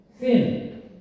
Sin